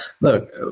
Look